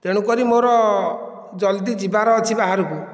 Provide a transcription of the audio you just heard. ତେଣୁକରି ମୋର ଜଲ୍ଦି ଯିବାର ଅଛି ବାହାରକୁ